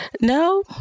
No